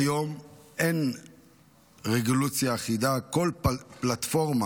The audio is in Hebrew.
כיום אין רגולציה אחידה, כל פלטפורמה